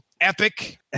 epic